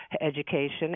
education